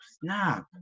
snap